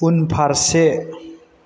उनफारसे